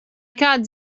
kāds